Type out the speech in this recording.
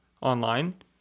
online